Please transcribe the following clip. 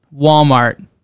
walmart